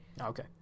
Okay